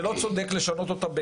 זה לא צודק לשנות אותה,